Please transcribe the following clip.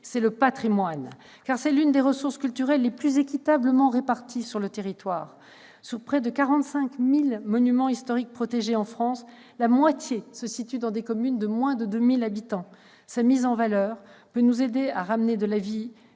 c'est le patrimoine, car c'est l'une des ressources culturelles les plus équitablement réparties sur notre territoire. Sur près de 45 000 monuments historiques protégés en France, la moitié se situe dans des communes de moins de 2 000 habitants. Sa mise en valeur peut nous aider à insuffler de la vie